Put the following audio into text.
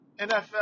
NFL